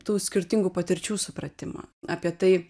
tų skirtingų patirčių supratimą apie tai